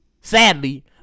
Sadly